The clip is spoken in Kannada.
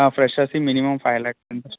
ಫ್ರೆಶರ್ಸಿಗೆ ಮಿನಿಮಮ್ ಫೈವ್ ಲ್ಯಾಕ್